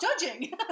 judging